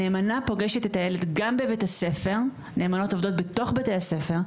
הנאמנה פוגשת את הילד גם בבית הספר נאמנות עובדות בתוך בתי הספר,